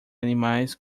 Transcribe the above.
animais